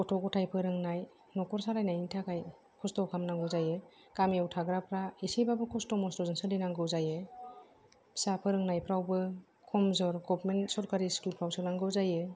गथ' गथाय फोरोंनाय न'खर सालायनायनि थाखाय खस्थ' खालामनांगौ जायो गामियाव थाग्राफ्रा एसेबाबो खस्थ' म'स्थजों सोलिनांगौ जायो फिसा फोरोंनायफ्रावबो खमजर गभमेन्ट सरकारि स्कुलफ्राव सोनांगौ जायो